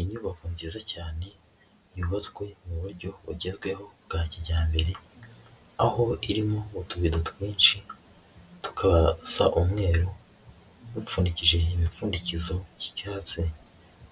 Inyubako nziza cyane yubatswe mu buryo bugezweho bwa kijyambere, aho irimo utubido twinshi, tukasa umweru dupfundikije imipfundikizo y'icyatsi,